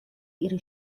ihre